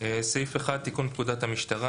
סעיף 1 תיקון פקודת המשטרה